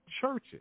churches